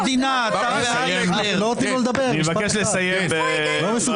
--- אני מבקש לסיים --- הם לא נותנים לו לדבר משפט אחד.